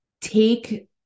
take